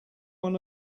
one